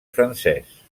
francès